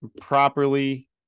properly